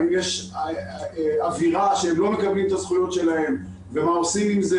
האם יש אווירה שהם לא מקבלים את הזכויות שלהם ומה עושים עם זה,